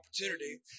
opportunity